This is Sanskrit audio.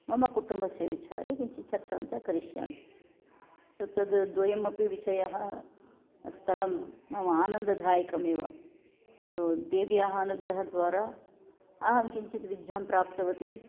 मम कुटुम्बस्य विचारे किञ्चित् चर्चां च करिष्यामि सो तद् द्वयमपि विषयः स्थलं मम आनन्ददायकमेव सो देव्याः अनुग्रहद्वारा अहं किञ्चित् विद्यां प्राप्तवती